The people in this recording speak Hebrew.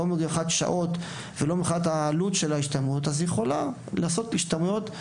לא מבחינת שעות ולא מבחינת עלות ההשתלמות אפשר לעשות השתלמויות.